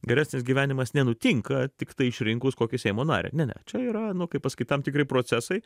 geresnis gyvenimas nenutinka tiktai išrinkus kokį seimo narį ne ne čia yra nu kaip pasakyt tam tikri procesai